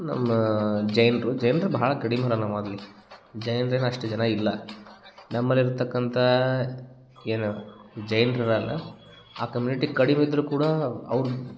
ನಮ್ಮ ಜೈನರು ಜೈನರು ಭಾಳ ಕಡಿಮೆ ಅರ ನಮ್ಮಲ್ಲಿ ಜೈನ್ರು ಏನು ಅಷ್ಟು ಜನ ಇಲ್ಲ ನಮ್ಮಲ್ಲಿ ಇರ್ತಕಂಥ ಏನು ಜೈನ್ರು ಅಲ್ಲ ಆ ಕಮ್ಯೂನಿಟಿ ಕಡಿಮೆ ಇದ್ದರೂ ಕೂಡ ಅವ್ರು